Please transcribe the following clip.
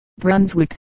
Brunswick